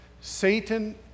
Satan